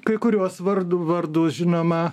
kai kuriuos vardu vardus žinoma